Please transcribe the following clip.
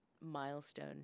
milestone